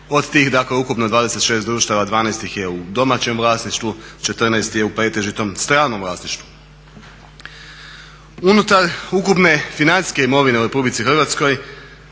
Od tih dakle ukupno 26 društava 12 ih je u domaćem vlasništvu, 14 je u pretežitom stranom vlasništvu. Unutar ukupne financijske imovine u RH još uvijek